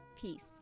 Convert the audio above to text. Peace